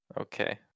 Okay